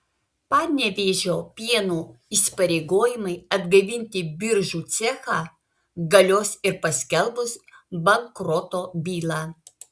panevėžio pieno įsipareigojimai atgaivinti biržų cechą galios ir paskelbus bankroto bylą